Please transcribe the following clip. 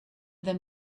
them